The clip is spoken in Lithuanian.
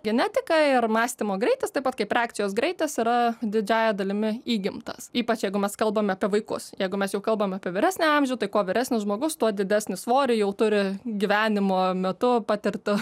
genetika ir mąstymo greitis taip pat kaip reakcijos greitis yra didžiąja dalimi įgimtas ypač jeigu mes kalbam apie vaikus jeigu mes jau kalbam apie vyresnį amžių tai kuo vyresnis žmogus tuo didesnį svorį jau turi gyvenimo metu patirta